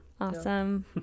awesome